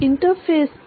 interface पर